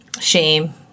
shame